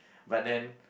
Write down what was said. but then